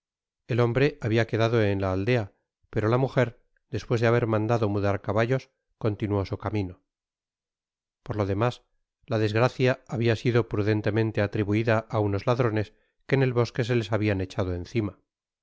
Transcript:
el hombre habia quedado en la aldea pero la mujer despues de haber mandado mudar caballos continuó su camino por lo demás la desgracia habia sido prudentemente atribuida á unos ladrones que en el bosque se les habian echado encima